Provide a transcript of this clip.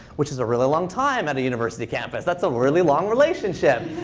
which is a really long time at a university campus. that's a really long relationship.